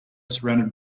surrounded